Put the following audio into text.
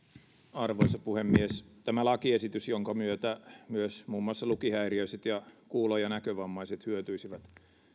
arvoisa puhemies tämä lakiesitys jonka myötä muun muassa lukihäiriöiset ja kuulo ja näkövammaiset hyötyisivät